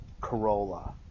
Corolla